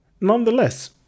nonetheless